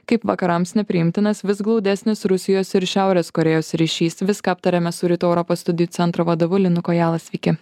kaip vakarams nepriimtinas vis glaudesnis rusijos ir šiaurės korėjos ryšys viską aptarėme su rytų europos studijų centro vadovu linu kojala sveiki